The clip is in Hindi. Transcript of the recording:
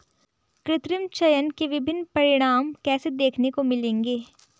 कृत्रिम चयन के विभिन्न परिणाम कैसे देखने को मिलेंगे?